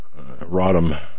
Rodham